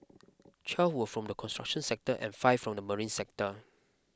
twelve were from the construction sector and five from the marine sector